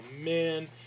man